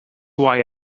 why